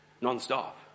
non-stop